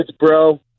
bro